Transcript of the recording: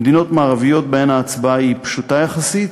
במדינות מערביות שבהן ההצבעה היא פשוטה יחסית,